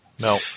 no